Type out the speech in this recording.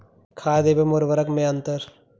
खाद एवं उर्वरक में अंतर?